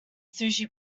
sushi